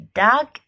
dog